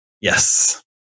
Yes